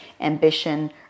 ambition